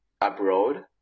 abroad